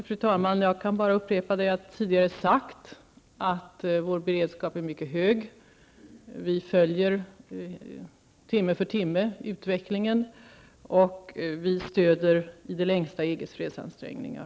Fru talman! Jag kan bara upprepa att vår beredskap är mycket hög. Vi följer utvecklingen timme för timme, och vi stöder i det längsta EGs fredsansträngningar.